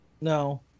No